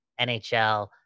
NHL